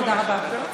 תודה רבה.